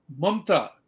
mamta